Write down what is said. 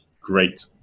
great